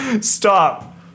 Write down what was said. Stop